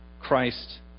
Christ